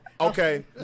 Okay